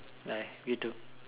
bye you too